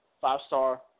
five-star